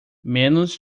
menos